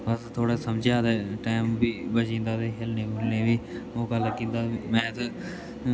अस थोह्ड़ा समझेआ ते टैम बी बची जन्दा ते खेलने खुलने बी ओह् गल्ल कि तां मैथ